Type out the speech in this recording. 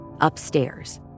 upstairs